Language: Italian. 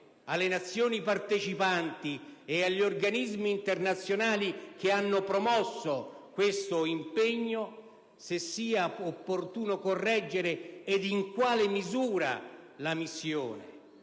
alle Nazioni partecipanti e agli organismi internazionali che hanno promosso questo impegno, se sia opportuno correggere ed in quale misura la missione